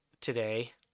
today